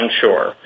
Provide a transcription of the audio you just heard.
sure